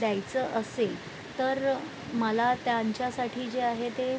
द्यायचं असेल तर मला त्यांच्यासाठी जे आहे ते